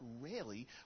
rarely